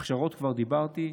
הכשרות, כבר דיברתי.